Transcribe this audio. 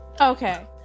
okay